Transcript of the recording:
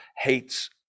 hates